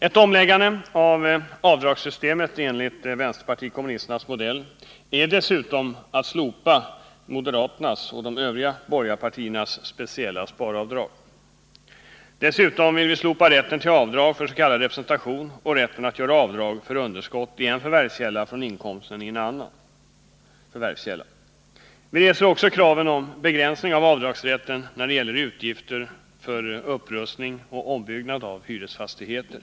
En omläggning av avdragssystemet enligt vänsterpartiet kommunisternas modell innebär dessutom att man slopar moderaternas och de övriga borgarpartiernas konstruktion med speciella sparavdrag. Dessutom vill vi slopa rätten till avdrag för s.k. representation och rätten att göra avdrag för underskott i en förvärvskälla från inkomsten i en annan förvärvskälla. Vi reser också krav på begränsning av avdragsrätten när det gäller utgifter för upprustning och ombyggnad av hyresfastigheter.